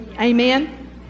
Amen